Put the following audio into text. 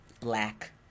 black